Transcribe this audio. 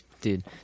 Dude